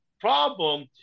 problem